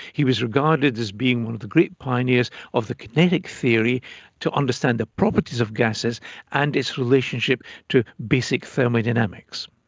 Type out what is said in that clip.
he was regarded as being one of the great pioneers of the kinetic theory to understand the properties of gases and its relationship to basic thermodynamics.